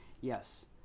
yes